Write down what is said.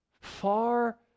Far